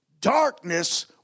Darkness